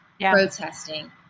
protesting